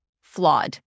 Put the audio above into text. flawed